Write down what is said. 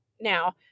Now